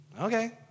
okay